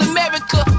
America